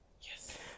Yes